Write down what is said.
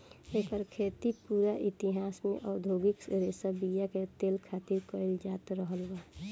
एकर खेती पूरा इतिहास में औधोगिक रेशा बीया के तेल खातिर कईल जात रहल बा